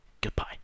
Goodbye